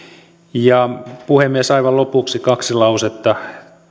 puhemies aivan lopuksi kaksi lausetta